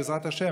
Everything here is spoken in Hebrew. בעזרת ה',